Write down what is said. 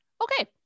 Okay